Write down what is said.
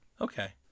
Okay